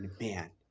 man